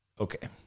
Okay